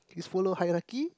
is follow hierarchy